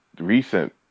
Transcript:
recent